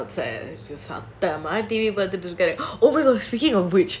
ya and my dad is still outside சத்தமா:saththamaa T_V பார்த்துட்டுருக்காரு:paarthuturukaaru oh my gosh speaking of which